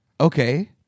Okay